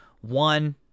one